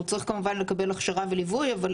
הוא צריך כמובן לקבל הכשרה וליווי אבל